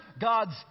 God's